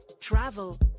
travel